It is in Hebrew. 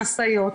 משאיות.